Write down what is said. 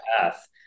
path